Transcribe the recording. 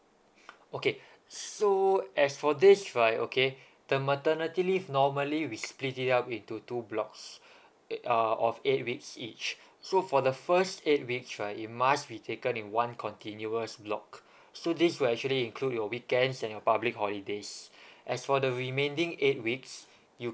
okay so as for this right okay the maternity leave normally we split it up into two blocks eight uh of eight weeks each so for the first eight weeks right it must be taken in one continuous block so this will actually include your weekends and your public holidays as for the remaining eight weeks you